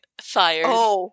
fired